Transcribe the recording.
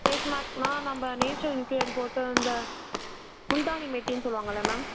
ஃபேஸ்பேக்ன்னால் நம்ப natural ingredient போட்டு அந்த முல்தானி மிட்டின்னு சொல்லுவாங்கள்லை மேம்